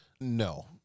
No